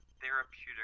therapeutic